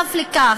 נוסף על כך,